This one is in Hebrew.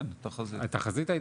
כן התחזית.